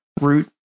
root